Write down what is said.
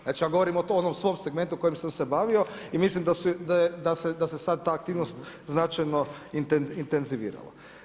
Znači ja govorim o onom svom segmentu kojim sam se bavio i mislim da se sad ta aktivnost značajno intenzivirala.